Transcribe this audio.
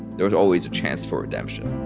there is always a chance for redemption